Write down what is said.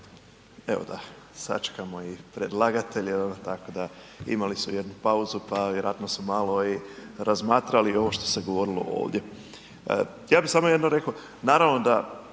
Evo da sačekamo i predlagatelje tako da imali su jednu pauzu pa vjerojatno su malo i razmatrali ovo što se govorilo ovdje. Ja bi samo jedno reko, naravno da